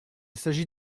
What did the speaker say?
s’agit